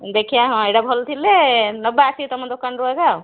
ଦେଖିଆ ହଁ ଏଟା ଭଲ ଥିଲେ ନେବା ଆସିକି ତମ ଦୋକାନରୁ ଏକା